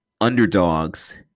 underdogs